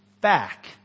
back